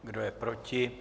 Kdo je proti?